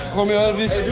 romeo elvis